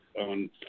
on